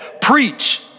preach